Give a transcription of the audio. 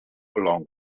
along